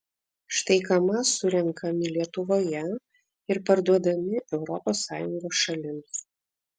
štai kamaz surenkami lietuvoje ir parduodami europos sąjungos šalims